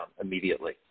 immediately